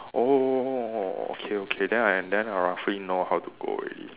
oh oh oh oh okay okay then I then I roughly know how to go already